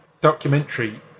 documentary